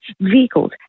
vehicles